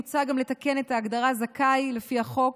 מוצע גם לתקן את ההגדרה "זכאי" לפי החוק